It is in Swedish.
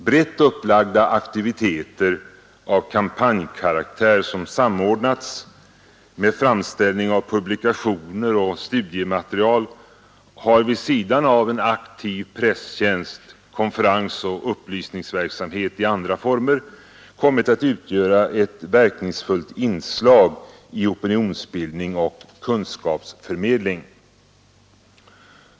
Brett upplagda aktiviteter av kampanjkaraktär, som samordnats med framställning av publikationer och studiematerial, har vid sidan av en aktiv presstjänst, konferensoch upplysningsverksamhet i andra former kommit att utgöra ett verkningsfullt inslag i opinionsbildning och kunskapsförmedling.